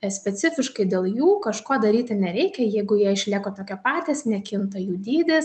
specifiškai dėl jų kažko daryti nereikia jeigu jie išlieka tokie patys nekinta jų dydis